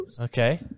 Okay